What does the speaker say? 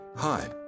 Hi